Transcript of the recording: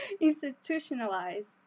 Institutionalized